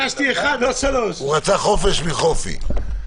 הוא רצה חופש מחופי.